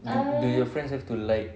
do do your friends have to like